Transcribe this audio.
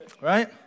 Right